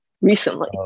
recently